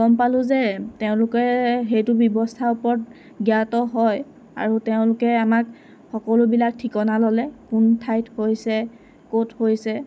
গম পালোঁ যে তেওঁলোকে সেইটো ব্যৱস্থাৰ ওপৰত জ্ঞাত হয় আৰু তেওঁলোকে আমাক সকলোবিলাক ঠিকনা ল'লে কোন ঠাইত হৈছে ক'ত হৈছে